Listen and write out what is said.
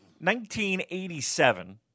1987